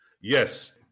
Yes